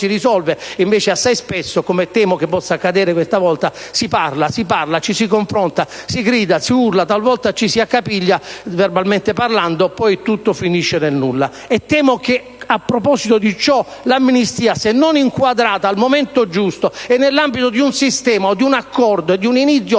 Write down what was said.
Invece assai spesso - come temo che possa accadere questa volta - si parla ad oltranza, ci si confronta, si urla, talvolta ci si accapiglia, verbalmente, e poi tutto finisce nel nulla. Temo a tal proposito che l'amnistia, se non inquadrata al momento giusto e nell'ambito di un sistema, di un accordo, e di un avvio